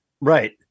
Right